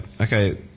Okay